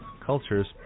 cultures